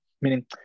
meaning